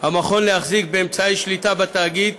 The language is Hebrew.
המכון להחזיק באמצעי שליטה בתאגיד